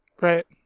Right